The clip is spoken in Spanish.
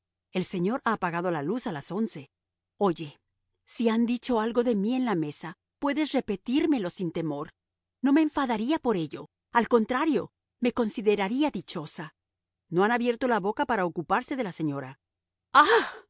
el señor ha apagado la luz a las once oye si han dicho algo de mí en la mesa puedes repetírmelo sin temor no me enfadaría por ello al contrario me consideraría dichosa no han abierto la boca para ocuparse de la señora